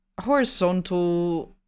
horizontal